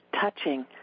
touching